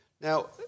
Now